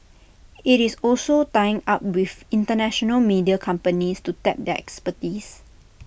IT is also tying up with International media companies to tap their expertise